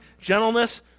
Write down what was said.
gentleness